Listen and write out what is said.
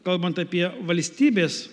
kalbant apie valstybės